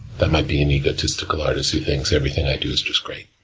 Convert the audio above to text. that might be an egotistical artist, who thinks everything i do is just great.